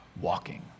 walking